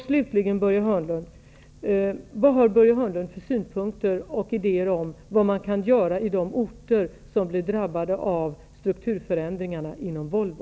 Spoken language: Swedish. Slutligen: Vilka synpunkter och idéer har Börje Hörnlund om vad man kan göra i de orter som blir drabbade av strukturförändringarna inom Volvo?